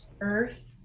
earth